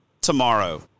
tomorrow